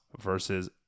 versus